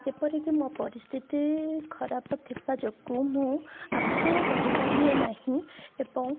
ଯେପରିକି ମୋ ପରିସ୍ଥିତି ଖରାପ ଥିବା ଯୋଗୁଁ ମୁଁ ଆଗକୁ ବଢ଼ି ପାରିଲି ନାହିଁ ଏବଂ